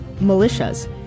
militias